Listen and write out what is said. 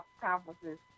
conferences